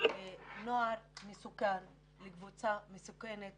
לקבוצה מסוכנת